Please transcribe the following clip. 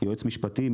יועץ משפטי,